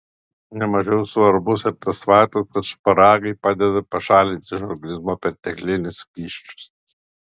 ne mažiau svarbus ir tas faktas kad šparagai padeda pašalinti iš organizmo perteklinius skysčius